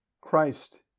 Christ